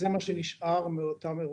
זה מה שנשאר מאותם אירועים.